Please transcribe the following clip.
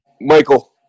Michael